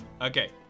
Okay